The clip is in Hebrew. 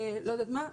לא יודעת מה,